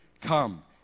come